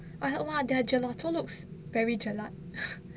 !wow! their gelato looks very jelak